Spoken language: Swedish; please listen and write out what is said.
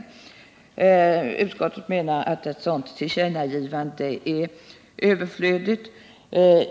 Utskottsmajoriteten menar att ett sådant tillkännagivande är överflödigt.